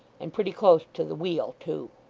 and pretty close to the wheel too.